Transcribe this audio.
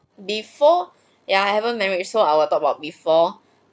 before ya haven't married so I will talk about before